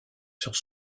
sur